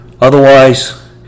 Otherwise